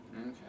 Okay